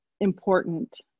important